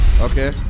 okay